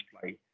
play